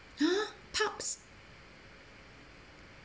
!huh! pubs